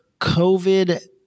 COVID